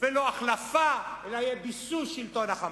ולא החלפה, אלא יהיה ביסוס שלטון ה"חמאס".